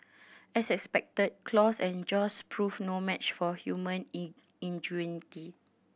as expected claws and jaws proved no match for human in ingenuity